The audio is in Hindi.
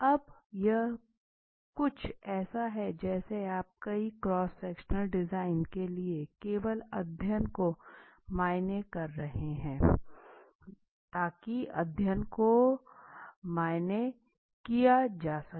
अब यह कुछ ऐसा है जैसे आप कई क्रॉस सेक्शनल डिज़ाइन के लिए केवल अध्ययन को मान्य कर रहे है ताकि अध्ययन को मान्य किया जा सके